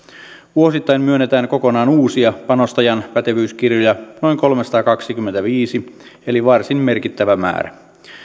vuosittain myönnetään kokonaan uusia panostajan pätevyyskirjoja noin kolmesataakaksikymmentäviisi eli varsin merkittävä määrä